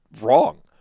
wrong